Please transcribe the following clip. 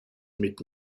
mit